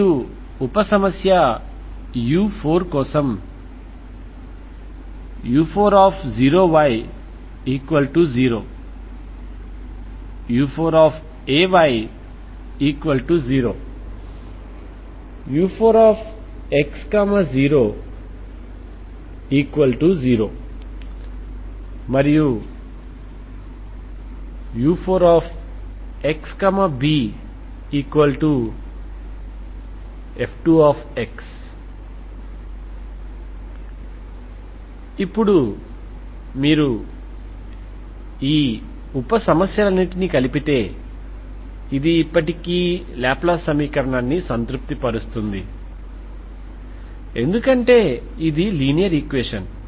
మరియు ఉప సమస్య u4 కోసం u40y0 u4ay0 u4x00 మరియు u4xbf2 ఇప్పుడు మీరు ఈ ఉపసమస్యలన్నింటినీ కలిపితే ఇది ఇప్పటికీ లాప్లాస్ సమీకరణాన్ని సంతృప్తిపరుస్తుంది ఎందుకంటే ఇది లీనియర్ ఈక్వేషన్